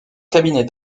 cabinet